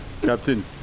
Captain